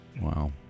Wow